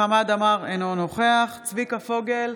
חמד עמאר, אינו נוכח צביקה פוגל,